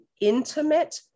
intimate